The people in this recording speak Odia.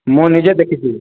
ମୁଁ ନିଜେ ଦେଖିଛି